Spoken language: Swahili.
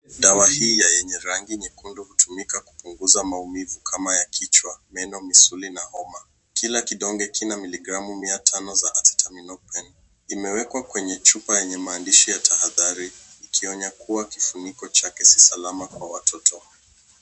Dawa hii yenye rangi nyekundu hutumika kupunguza maumivu kama ya kichwa, meno, misuli na homa. Kila kidonge kina miligramu mia tano za Acetaminophen. Imewekwa kwenye chupa yenye maandishi ya tahadhari ikionya kuwa kifuniko chake si salama kwa watoto.